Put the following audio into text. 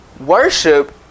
Worship